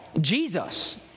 Jesus